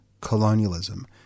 colonialism